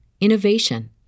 innovation